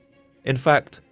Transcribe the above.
in fact,